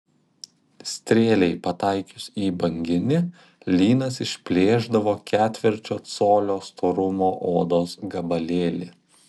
strėlei pataikius į banginį lynas išplėšdavo ketvirčio colio storumo odos gabalėlį